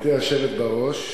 גברתי היושבת בראש,